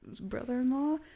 brother-in-law